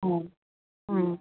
हा हा